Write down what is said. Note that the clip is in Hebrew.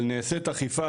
אבל נעשית אכיפה.